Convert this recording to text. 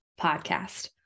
podcast